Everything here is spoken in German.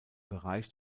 bereich